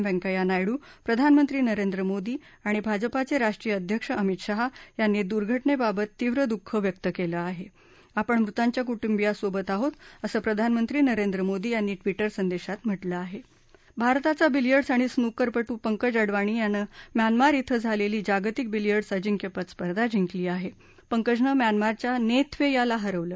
व्यकैय्या नायडू प्रधानमंत्री नरेंद्र मोदी आणि भाजपाचञिष्ट्रीय अध्यक्ष अमित शाह यांनी या दुर्घटनहिद्वल तीव्र दुःख व्यक्त कलि आह आपण मृतांच्या कुंटुंबियांसोबत आहोत असं प्रधानमंत्री नरेंद्र मोदी यांनी ट्विटर संदर्शित म्हटलं आह भारताचा बिलीयर्डस् आणि स्नूकरपटू पंकज अडवाणी यानं म्यानमार िं झाल्टी जागतिक बिलीयर्डस् अजिंक्यपद स्पर्धा जिंकली आह प्रेकजनं म्यानमारच्या नथ्मिक्रिता हरवलं